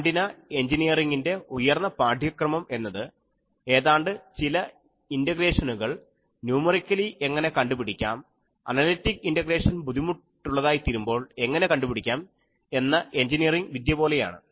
antenna എൻജിനീയറിംഗിന്റെ ഉയർന്ന പാഠ്യക്രമം എന്നത് ഏതാണ്ട് ചില ഇന്റഗ്രേഷനുകൾ ന്യൂമെറിക്കലി എങ്ങനെ കണ്ടുപിടിക്കാം അനലിറ്റിക് ഇന്റഗ്രേഷൻ ബുദ്ധിമുട്ടുള്ളതായി തീരുമ്പോൾ എങ്ങനെ കണ്ടുപിടിക്കാം എന്ന എൻജിനീയറിങ് വിദ്യ പോലെയാണ്